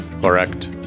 Correct